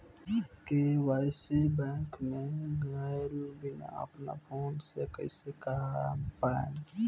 KYC bank मे गएले बिना अपना फोन से कइसे कर पाएम?